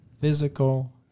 physical